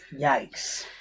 Yikes